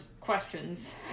questions